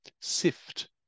sift